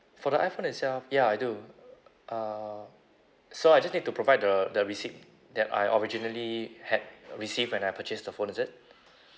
for the iphone itself ya I do uh so I just need to provide the the receipt that I originally had received when I purchased the phone is it